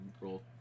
roll